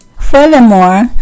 Furthermore